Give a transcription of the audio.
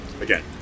Again